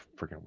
freaking